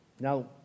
Now